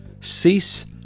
cease